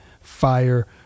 Fire